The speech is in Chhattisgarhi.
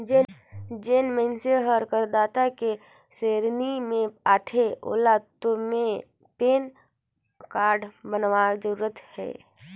जेन मइनसे हर करदाता के सेरेनी मे आथे ओेला तो पेन कारड बनवाना जरूरी हे